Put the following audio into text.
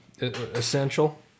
Essential